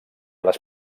les